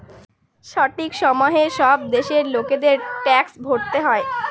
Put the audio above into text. সঠিক সময়ে সব দেশের লোকেদের ট্যাক্স ভরতে হয়